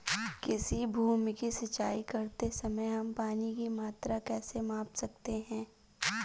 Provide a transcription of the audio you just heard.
किसी भूमि की सिंचाई करते समय हम पानी की मात्रा कैसे माप सकते हैं?